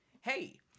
hey